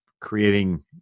creating